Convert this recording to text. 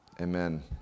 Amen